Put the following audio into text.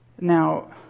Now